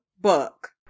book